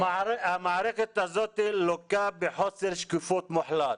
המערכת הזאת לוקה בחוסר שקיפות מוחלט.